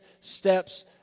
steps